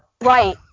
Right